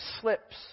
slips